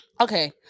Okay